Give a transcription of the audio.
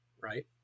right